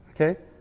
okay